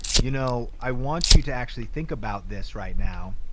you know i want you to actually think about this right now.